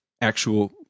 actual